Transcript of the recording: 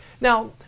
Now